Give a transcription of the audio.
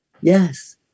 Yes